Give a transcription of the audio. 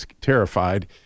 terrified